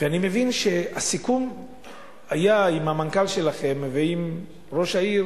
אני מבין שהיה סיכום עם המנכ"ל שלכם ועם ראש העיר